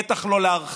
בטח לא להרחיק.